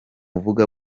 ukunda